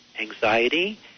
anxiety